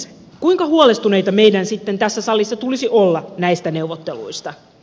kuinka huolestuneita meidän sitten tässä salissa tulisi olla näistä neuvotteluista